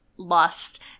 Lust